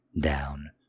down